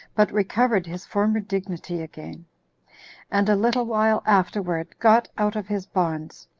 but recovered his former dignity again and a little while afterward got out of his bonds,